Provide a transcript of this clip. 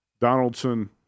Donaldson